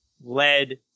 lead